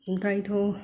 ओमफ्रायथ'